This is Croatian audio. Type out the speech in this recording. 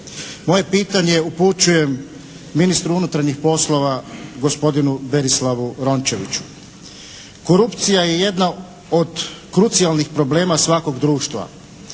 Moje pitanje upućujem Ministru unutarnjih poslova gospodinu Berislavu Rončeviću. Korupcija je jedna od krucijalnih problema svakog društva,